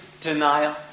denial